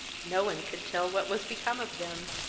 no one could tell what was become of them,